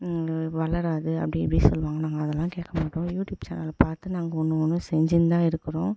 வளராது அப்படி இப்படி சொல்லுவாங்க நாங்கள் அதெல்லாம் கேட்க மாட்டோம் யூடியூப் சேனலை பார்த்து நாங்கள் ஒன்றும் ஒன்றும் செஞ்சிட்டு தான் இருக்கிறோம்